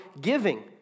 giving